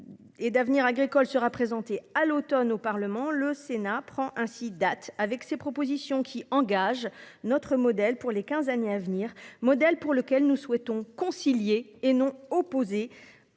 Et d'avenir agricole sera présenté à l'Automne au Parlement, le Sénat prend ainsi date avec ces propositions qui engage notre modèle pour les 15 années à venir, modèle pour lequel nous souhaitons concilier et non opposés